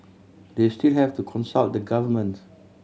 they still have to consult the government